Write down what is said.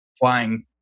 flying